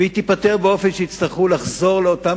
והיא תיפתר באופן שיצטרכו לחזור לאותם